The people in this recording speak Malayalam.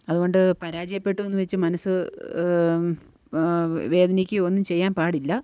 അതുകൊണ്ട് പരാജയപ്പെട്ട എന്നുവച്ച് മനസ്സ് വേദനിക്കുകയോ ഒന്നും ചെയ്യാന് പാടില്ല